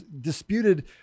disputed